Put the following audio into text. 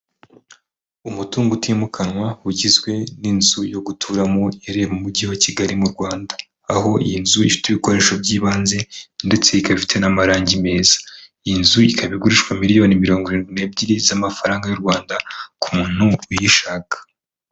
Umutungo utimukanwa ugizwe n'inzu yo guturamo iri mu mujyi wa Kigali mu Rwanda, aho iyi nzu ifite ibikoresho by'ibanze ndetse ikaba ifite n'amarangi meza iyi nzu ikaba igurishwa miliyoni mirongo irindwi n'ebyiri z'amafaranga y'u Rwanda ku muntu uyishaka.